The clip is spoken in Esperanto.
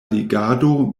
legado